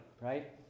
right